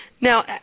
Now